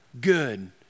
good